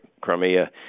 Crimea